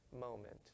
moment